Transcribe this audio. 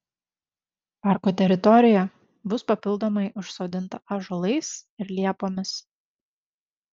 parko teritorija bus papildomai užsodinta ąžuolais ir liepomis